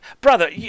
Brother